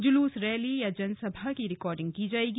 जुलूस रैली और जन सभा की रिकार्डिंग की जाएगी